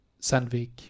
Sandvik